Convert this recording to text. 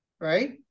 right